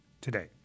today